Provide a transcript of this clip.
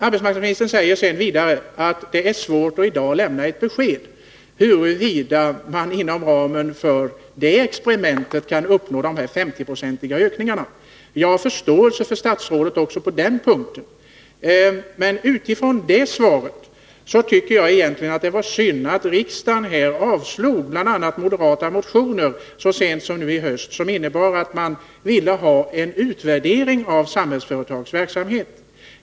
Arbetsmarknadsministern säger vidare att det är svårt att i dag lämna ett besked huruvida man inom ramen för detta experiment kan uppnå en 50-procentig ökning. Jag har förståelse för statsrådet också på den punkten. Men utifrån det svaret tycker jag egentligen att det var synd att riksdagen så sent som nu i höst avslog bl.a. moderata motioner som innebar att man ville ha en utvärdering av Samhällsföretags verksamhet.